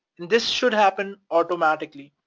this should happened automatically,